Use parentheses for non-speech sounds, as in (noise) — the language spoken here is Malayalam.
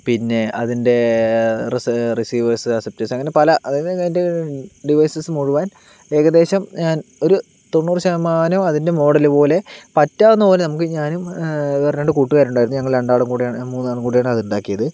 പിന്നെ അതിൻ്റെ റെസീവേഴ്സ് (unintelligible) അങ്ങനെ പല അതായത് അതിൻ്റെ ഡിവൈസസ് മുഴുവൻ ഏകദേശം ഞാൻ ഒരു തൊണ്ണൂറ് ശതമാനവും അതിൻ്റെ മോഡലുപോലെ പറ്റാവുന്നപോലെ നമുക്ക് ഞാനും വേറെ രണ്ടു കൂട്ടുകാരും ഉണ്ടായിരുന്നു ഞങ്ങൾ രണ്ടാളും കൂടിയാണ് മൂന്നാളും കൂടിയാണ് അതുണ്ടാക്കിയത്